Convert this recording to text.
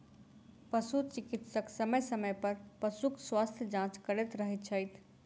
पशु चिकित्सक समय समय पर पशुक स्वास्थ्य जाँच करैत रहैत छथि